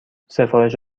سفارش